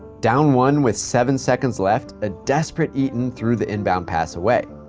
down one with seven seconds left, a desperate eaton threw the inbound pass away,